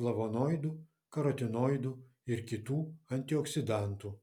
flavonoidų karotinoidų ir kitų antioksidantų